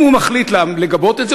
אם הוא מחליט לגבות את זה,